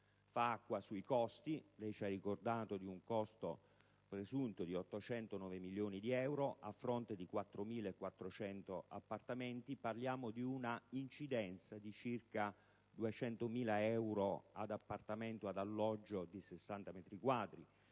Fa acqua sui costi. Lei ci ha ricordato un costo presunto di 809 milioni di euro a fronte di 4.400 appartamenti. Parliamo di una incidenza di circa 200.000 euro ad alloggio di 60 metri quadri,